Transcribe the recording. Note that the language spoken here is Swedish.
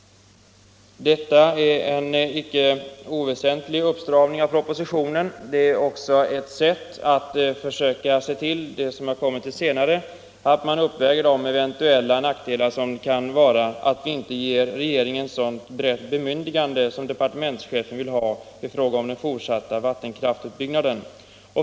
Detta är en icke oväsentlig uppstramning av propositionen. Det är också ett sätt att försöka uppväga de eventuella nackdelar som kan följa med att inte ge regeringen sådant brett bemyndigande som departementschefen vill ha i fråga om den fortsatta vattenkraftsutbyggnaden.